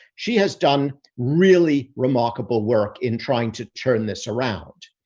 she has done really remarkable work in trying to turn this around.